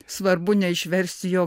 svarbu neišversi jo